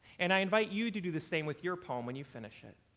and i invite you to do the same with your poem when you finish it.